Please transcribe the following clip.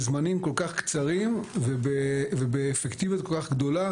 בזמנים כל כך קצרים ובאפקטיביות כל כך גדולה.